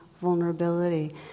vulnerability